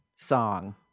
song